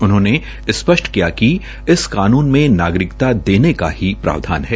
उन्होंने स्पष्ट किया इस कानून मे नागरिकता देने का ही प्रावधान है